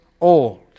old